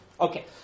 Okay